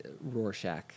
Rorschach